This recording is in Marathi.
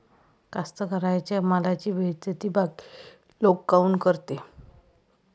कास्तकाराइच्या मालाची बेइज्जती बाकी लोक काऊन करते?